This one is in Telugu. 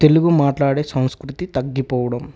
తెలుగు మాట్లాడే సంస్కృతి తగ్గిపోవడం